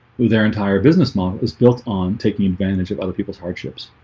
their entire business model is built on taking advantage of other people's hardships